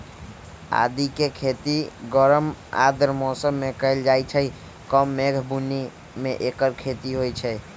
आदिके खेती गरम आर्द्र मौसम में कएल जाइ छइ कम मेघ बून्नी में ऐकर खेती होई छै